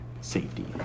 safety